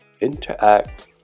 interact